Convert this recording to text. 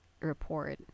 report